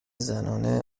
زنانه